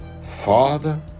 Father